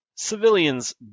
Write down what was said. Civilians